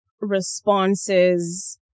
responses